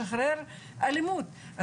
משחרר אלימות.